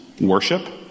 worship